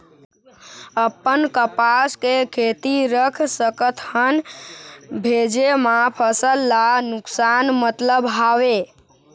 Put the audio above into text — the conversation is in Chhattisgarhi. अपन कपास के खेती रख सकत हन भेजे मा फसल ला नुकसान मतलब हावे?